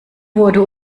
wurde